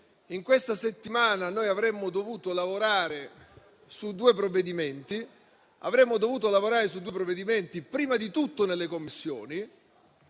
in questa settimana avremmo dovuto lavorare su due provvedimenti, prima di tutto nelle Commissioni,